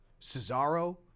Cesaro